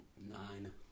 nine